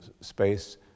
space